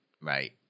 right